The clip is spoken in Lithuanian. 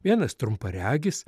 vienas trumparegis